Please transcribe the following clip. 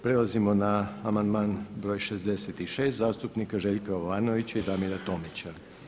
Prelazimo na amandman broj 66 zastupnika Željka Jovanovića i Damira Tomića.